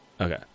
Okay